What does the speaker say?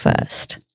first